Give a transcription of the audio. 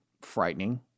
frightening